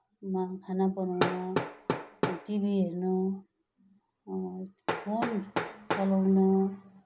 मा खाना बनाउन टिभी हर्न फोन चलाउन